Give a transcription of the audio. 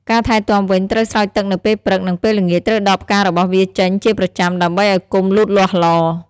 ការថែទាំវិញ ត្រូវស្រោចទឹកនៅពេលព្រឹក និងពេលល្ងាច ត្រូវដកផ្ការបស់វាចេញជាប្រចាំ ដើម្បីឱ្យគុម្ពលូតលាស់ល្អ។